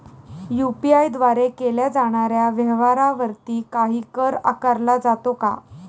UPI द्वारे केल्या जाणाऱ्या व्यवहारावरती काही कर आकारला जातो का?